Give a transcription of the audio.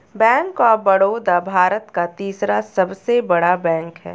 bank of Baroda Bharat का तीसरा सबसे बड़ा बैंक हैं